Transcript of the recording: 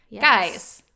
guys